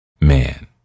man